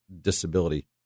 disability